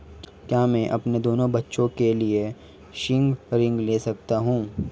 क्या मैं अपने दोनों बच्चों के लिए शिक्षा ऋण ले सकता हूँ?